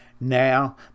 Now